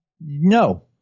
No